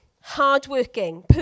hardworking